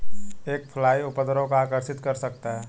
एक फ्लाई उपद्रव को आकर्षित कर सकता है?